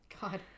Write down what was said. God